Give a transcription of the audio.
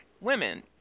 women